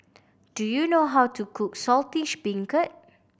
do you know how to cook Saltish Beancurd